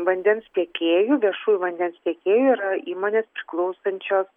vandens tiekėjų viešųjų vandens tiekėjų yra įmonės priklausančios